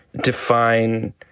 define